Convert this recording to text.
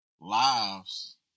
lives